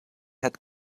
had